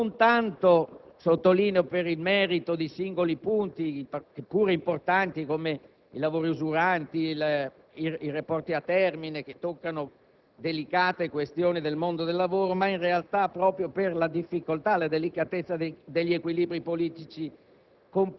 non tanto per il merito di singoli punti, pure importanti, come i lavori usuranti ed i rapporti a termine, che toccano delicate questioni del mondo del lavoro, ma in realtà proprio per la difficoltà e la delicatezza degli equilibri politici